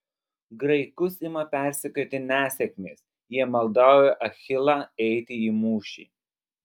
graikus ima persekioti nesėkmės jie maldauja achilą eiti į mūšį